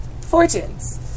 fortunes